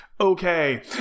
okay